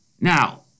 Now